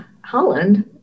Holland